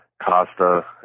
Costa